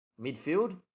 midfield